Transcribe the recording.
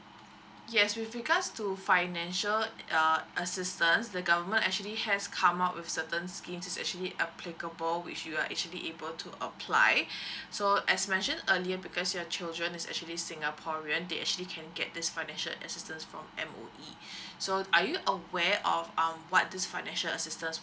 yes with regards to financial err assistance the government actually has come up with certain schemes which actually applicable which you are actually able to apply so as mentioned earlier because your children is actually singaporean they actually can get this financial assistance from M_O_E so are you aware of um what this financial assistance